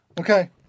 Okay